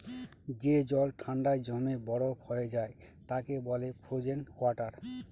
যে জল ঠান্ডায় জমে বরফ হয়ে যায় তাকে বলে ফ্রোজেন ওয়াটার